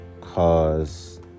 cause